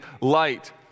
light